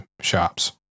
shops